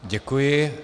Děkuji.